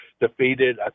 defeated